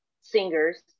singers